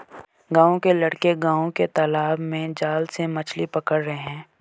गांव के लड़के गांव के तालाब में जाल से मछली पकड़ रहे हैं